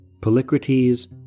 Polycrates